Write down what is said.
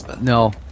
No